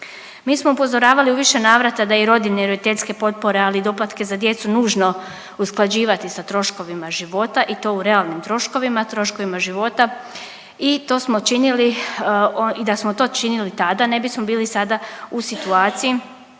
Mi smo upozoravali u više navrata da i rodiljne i roditeljske potpore ali i doplatke za djecu nužno usklađivati sa troškovima života i to u realnim troškovima. Troškovima života i to smo činili i da smo to činili tada ne bismo bili sada u situaciji